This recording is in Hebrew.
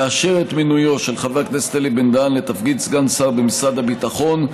לאשר את מינויו של חבר הכנסת אלי בן-דהן לתפקיד סגן שר במשרד הביטחון,